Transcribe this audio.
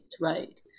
right